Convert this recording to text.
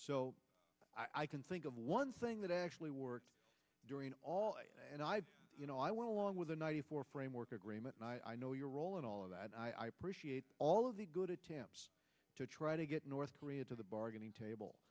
so i can think of one thing that actually worked during all and i you know i went along with the ninety four framework agreement and i know your role in all of that i appreciate all of the good attempts to try to get north korea to the bargaining table